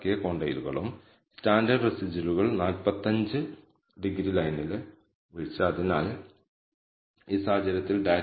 SS total എല്ലായ്പ്പോഴും SSE യെക്കാൾ വലുതായിരിക്കും അതിനാൽ ഈ വ്യത്യാസം SSR പോസിറ്റീവ് ആയിരിക്കും ഇവയെല്ലാം പോസിറ്റീവ് അളവുകൾ